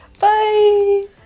Bye